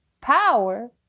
power